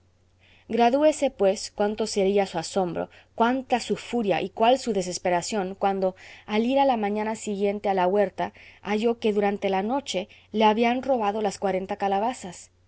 duros gradúese pues cuánto sería su asombro cuánta su furia y cuál su desesperación cuando al ir a la mañana siguiente a la huerta halló que durante la noche le habían robado las cuarenta calabazas